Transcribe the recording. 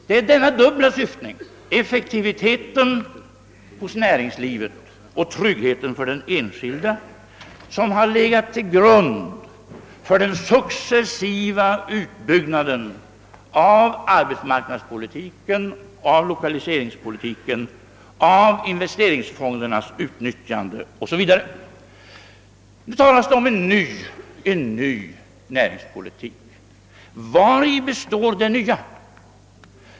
Det är denna dubbla syftning: effektiviteten hos näringslivet och tryggheten för den enskilde, som legat till grund för den successiva utbyggnaden av arbetsmarknadspolitiken, av lokaliseringspolitiken, investeringsfondernas utnyttjande 0. s. v. Nu talas om en ny näringspolitik. Vari består det nya?